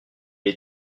les